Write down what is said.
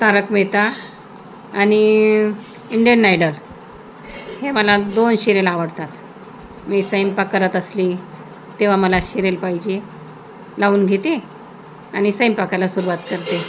तारक मेहता आणि Indian Idol हे मला दोन शिरियल आवडतात मी स्वयंपाक करत असली तेव्हा मला शिरियल पाहिजे लावून घेते आणि स्वयंपाकाला सुरूवात करते